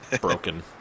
broken